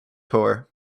tour